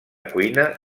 cuina